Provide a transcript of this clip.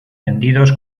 vendidos